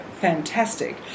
fantastic